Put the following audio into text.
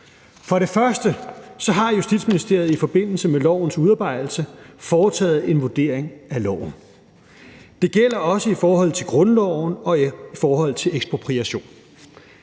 For det første har Justitsministeriet i forbindelse med lovforslagets udarbejdelse foretaget en vurdering af loven. Det gælder også i forhold til grundloven og i forhold til ekspropriation.